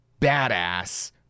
badass